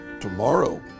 Tomorrow